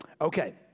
Okay